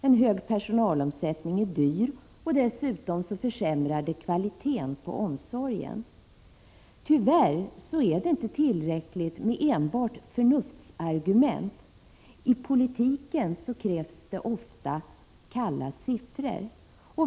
En hög personalomsättning är dyr, och den försämrar dessutom kvaliteten på omsorgen. Tyvärr är det inte tillräckligt med enbart förnuftsargument. I politiken krävs det ofta kalla siffror.